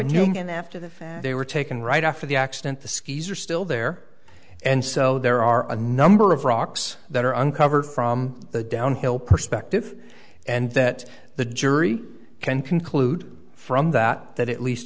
going after the fact they were taken right after the accident the skis are still there and so there are a number of rocks that are uncovered from the downhill perspective and that the jury can conclude from that that at least